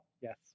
Yes